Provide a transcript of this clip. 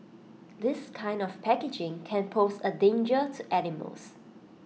this kind of packaging can pose A danger to animals